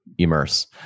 immerse